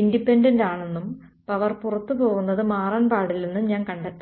independent ആണെന്നും power പുറത്തുപോകുന്നത് മാറാൻ പാടില്ലെന്നും ഞാൻ കണ്ടെത്തും